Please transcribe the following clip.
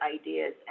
ideas